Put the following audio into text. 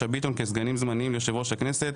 ביטון כסגנים זמניים ליושב-ראש הכנסת.